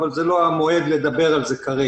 אבל זה לא המועד לדבר על זה כרגע.